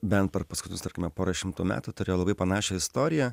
bent per paskutinius tarkime porą šimtų metų turėjo labai panašią istoriją